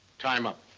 tie him up.